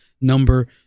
number